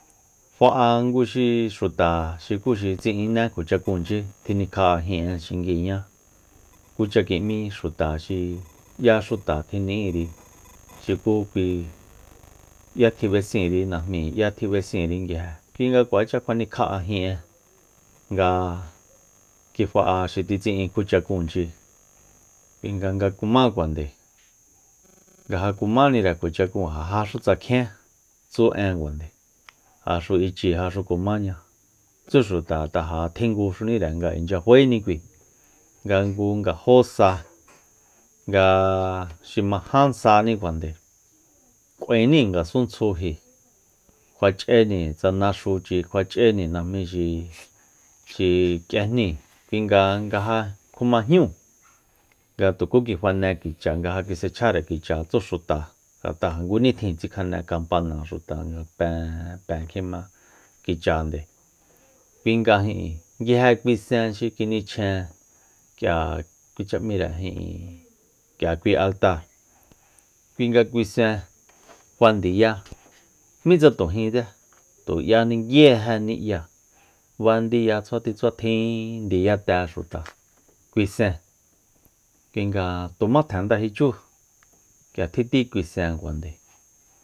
Fa'a ngu xuta xi xuku xi tsi'ine kjuachakun tjinkja'a jín'e xinguiñá kucha ki'mí xuta xi yá xuta tjini'íri xuku kui 'ya tjib'esinri nguije kui nga kuacha tjinikja'a jin'e nga kifa'a xi tji tsi'in kjua chakúunchi kuinga nga kumákuande nga ja kumanire kjua chakun ja jáxu tsakjien tsú én kuajande ja xu ichi ja xu kumaña tsú xuta ngat'a jaxu tjinguníre nga icha faéni kui nga ngu nga jo sa ngaa xi ma ján sanikuande k'uaeni ngasuntsjuji kjua ch'eni tsa naxuchi kjuach'eni najmí xi kik'ejni kuinga nga ja kjumajñúu nga tuku kifane kichi nga ja kis'echjare kicha tsú xuta ngu nitjin tsikjane kampana xuta pen- pen kjima kichande kui nga ijin nguije kui sen xi kinichjen k'ia kucha míre ijin k'ía kui altáa kui nga kui sen fandiya mitsa tu jítse nguije ni'ya fandiya tsjuatjin tsjuatjin ndiyate xuta kui sen kui nga tu jmá tjen nda jichú k'ia tji ti kui sen kuajande